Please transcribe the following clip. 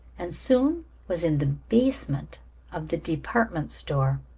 and soon was in the basement of the department store.